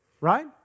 Right